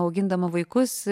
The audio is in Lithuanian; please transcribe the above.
augindama vaikus